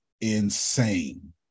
insane